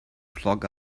clog